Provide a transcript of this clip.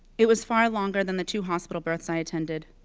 it was far longer than the two hospital births i attended.